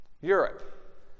Europe